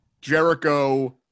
Jericho